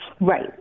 Right